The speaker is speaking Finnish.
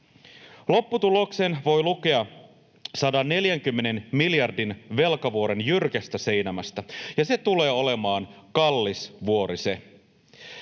Lopputuloksen voi lukea 140 miljardin velkavuoren jyrkästä seinämästä, ja se tulee olemaan kallis vuori se.